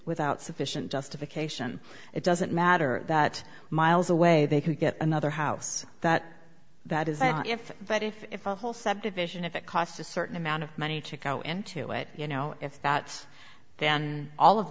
without sufficient justification it doesn't matter that miles away they could get another house that that is if but if a whole subdivision if it cost a certain amount of money chico into it you know if that's then all of